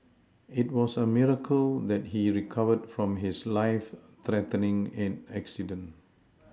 it was a miracle that he recovered from his life threatening accident